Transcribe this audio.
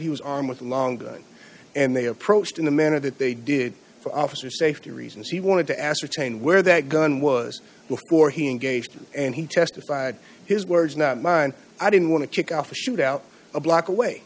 he was armed with a long gun and they approached in the manner that they did for officer safety reasons he wanted to ascertain where that gun was before he engaged them and he testified his words not mine i didn't want to tick off a shoot out a block away